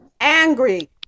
angry